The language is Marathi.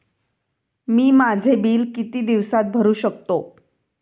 मी माझे बिल किती दिवसांत भरू शकतो?